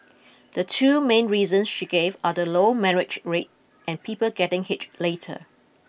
the two main reasons she gave are the low marriage rate and people getting hitch later